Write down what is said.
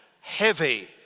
heavy